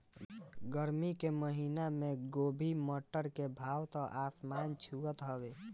गरमी के महिना में गोभी, मटर के भाव त आसमान छुअत हवे